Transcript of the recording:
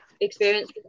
experience